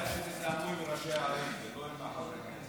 כדאי שתתאמו עם ראשי הערים, ולא עם חברי הכנסת.